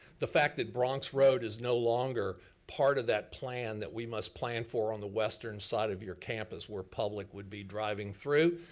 the fact that bronx road is no longer part of that plan that we must plan for on the western side of your campus where public would be driving through,